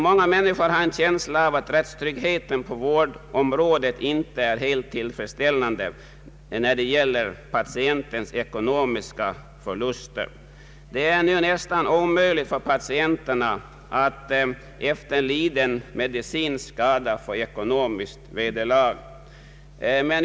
Många människor har en känsla av att rättstryggheten på vårdområdet inte är helt tillfredsställande, t.ex. när det gäller patientens ekonomiska förluster. Det är nu nästan omöjligt för patienterna att efter liden medicinsk skada få ekonomiskt vederlag.